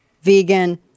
Vegan